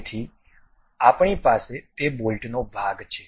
તેથી આપણી પાસે તે બોલ્ટનો ભાગ છે